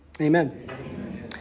amen